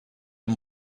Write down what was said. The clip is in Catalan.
amb